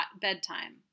bedtime